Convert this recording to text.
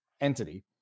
entity